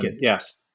yes